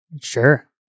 Sure